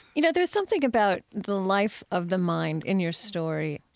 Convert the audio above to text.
you know, there's something about the life of the mind in your story. i